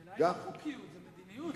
השאלה היא לא חוקיות, זו מדיניות.